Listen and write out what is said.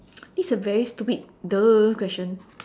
this is a very stupid !duh! question